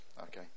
Okay